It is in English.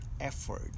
effort